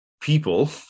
people